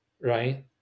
right